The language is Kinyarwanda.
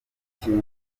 kintu